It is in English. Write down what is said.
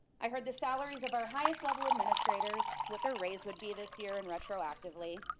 i heard the salaries of our highest level administrators what their raise would be this year and retroactively.